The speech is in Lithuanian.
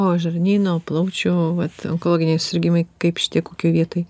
o žarnyno plaučių vat onkologiniai susirgimai kaip šitie kokioj vietoj